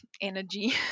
energy